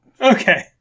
Okay